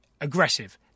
aggressive